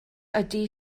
ydy